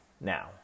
now